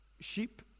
Sheep